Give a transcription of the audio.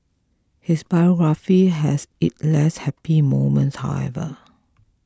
his biography has its less happy moments however